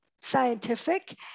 scientific